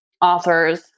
authors